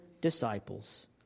disciples